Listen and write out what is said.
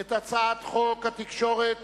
את הצעת חוק התקשורת